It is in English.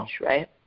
right